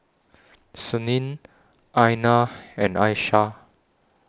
Senin Aina and Aisyah